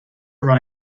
run